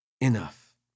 enough